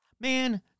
Man